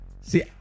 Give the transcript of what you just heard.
See